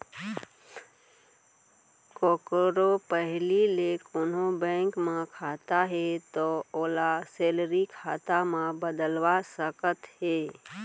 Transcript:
कोकरो पहिली ले कोनों बेंक म खाता हे तौ ओला सेलरी खाता म बदलवा सकत हे